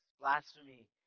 blasphemy